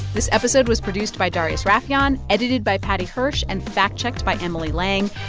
this episode was produced by darius rafieyan, edited by paddy hirsch and fact-checked by emily lang.